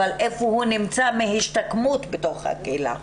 אבל איפה הוא נמצא מהשתקמות בתוך הקהילה.